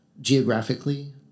geographically